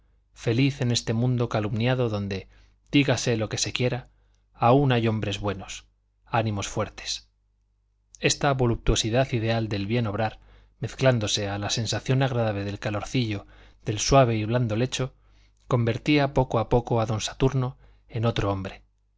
feliz en este mundo calumniado donde dígase lo que se quiera aún hay hombres buenos ánimos fuertes esta voluptuosidad ideal del bien obrar mezclándose a la sensación agradable del calorcillo del suave y blando lecho convertía poco a poco a don saturno en otro hombre